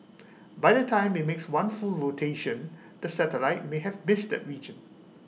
by the time IT makes one full rotation the satellite may have missed that region